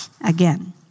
again